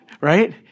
right